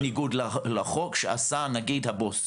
בנוסף, כמובן מדובר